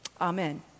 Amen